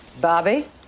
Bobby